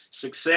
Success